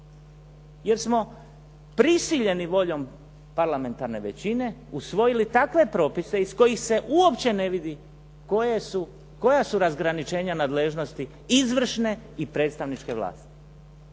jer smo prisiljeni voljom parlamentarne većine usvojili takve propise iz kojih se uopće ne vidi koja su razgraničenja nadležnosti izvršne i predstavničke vlasti.